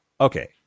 okay